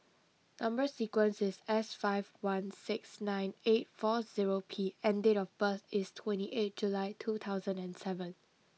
number sequence is S five one six nine eight four zero P and date of birth is twenty eight July two thousand and seven